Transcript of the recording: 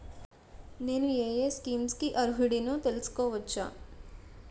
నేను యే యే స్కీమ్స్ కి అర్హుడినో తెలుసుకోవచ్చా?